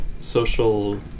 social